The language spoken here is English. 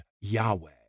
Yahweh